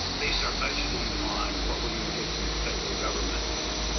base our budgeting on what we're gonna get from the federal government. and